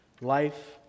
life